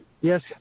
Yes